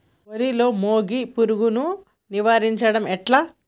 వరిలో మోగి పురుగును నివారించడం ఎట్లా?